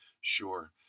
Sure